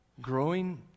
growing